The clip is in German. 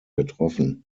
getroffen